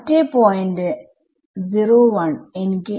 മറ്റേ പോയിന്റ് 01 എനിക്ക്